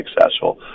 successful